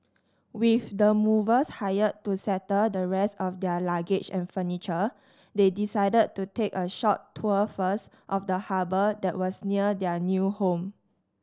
with the movers hired to settle the rest of their luggage and furniture they decided to take a short tour first of the harbour that was near their new home